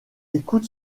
écoute